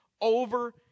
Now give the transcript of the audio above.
over